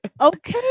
Okay